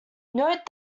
note